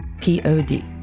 P-O-D